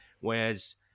whereas